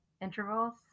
intervals